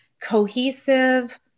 cohesive